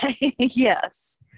Yes